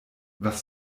was